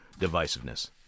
divisiveness